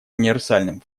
универсальным